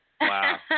Wow